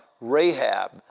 Rahab